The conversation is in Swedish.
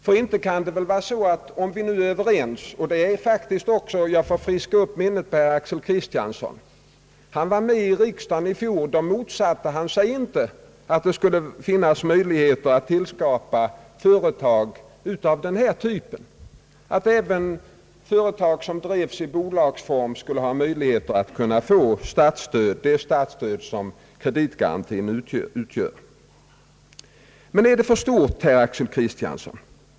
Vi är ju i alla fall överens om att även företag som drivs i bolagsform skall ha möjligheter att få det statsstöd som kreditgarantin utgör — jag vill därvidlag friska upp minnet på herr Axel Kristiansson och erinra honom om att han var med här i riksdagen i fjol och då inte motsatte sig att det skulle finnas möjligheter att tillskapa företag av denna typ. Men är detta företag för stort, herr Axel Kristiansson?